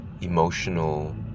emotional